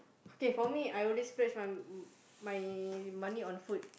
okay for me I only splurge my my money on food